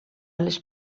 les